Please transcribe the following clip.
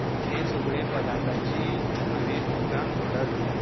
इतलें सगलें पदार्थाची हांवे तुमकां ऑर्डर दिला